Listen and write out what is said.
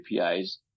APIs